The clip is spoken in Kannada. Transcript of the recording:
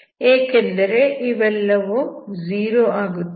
ಏಕೆಂದರೆ ಇವೆಲ್ಲವೂ 0 ಆಗುತ್ತದೆ